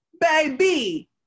baby